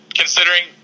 considering